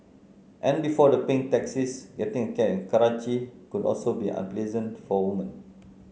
and before the pink taxis getting a cab in Karachi could also be unpleasant for women